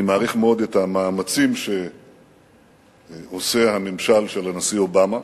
אני מעריך מאוד את המאמצים שעושה הממשל של הנשיא אובמה,